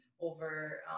over